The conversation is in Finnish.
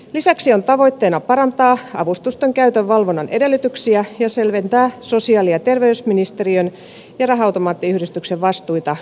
lisäksi on tavoitteena parantaa avustusten käytön valvonnan edellytyksiä ja selventää sosiaali ja terveysministeriön ja raha automaattiyhdistyksen vastuita avustusjärjestelmässä